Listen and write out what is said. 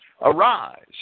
Arise